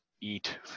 eat